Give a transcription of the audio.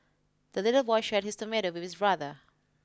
the little boy shared his tomato with his brother